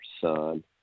son